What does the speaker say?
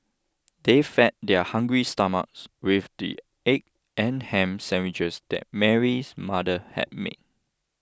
they fed their hungry stomachs with the egg and ham sandwiches that Mary's mother had made